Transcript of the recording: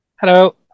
Hello